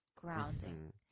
grounding